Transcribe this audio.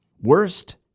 Worst